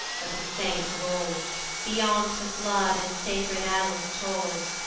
but the saint of old beyond the flood in sacred annals told,